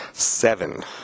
seven